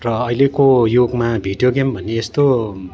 र अहिलेको युगमा भिडियो गेम भन्ने यस्तो